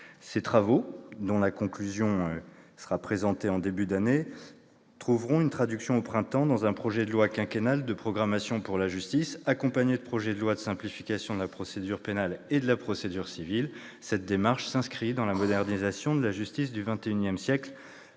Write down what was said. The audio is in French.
Ces travaux, dont les conclusions seront présentées en début d'année, trouveront une traduction, au printemps, dans un projet de loi quinquennale de programmation pour la justice, accompagné de projets de loi de simplification de la procédure pénale et de la procédure civile. Cette démarche s'inscrit dans la modernisation de la justice du XXIsiècle